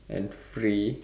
and free